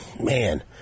man